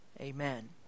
Amen